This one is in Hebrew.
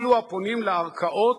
אלו הפונים לערכאות,